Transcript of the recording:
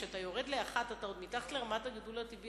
כאשר אתה יורד ל-1, אתה מתחת לרמת הגידול הטבעי.